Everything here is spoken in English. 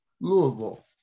Louisville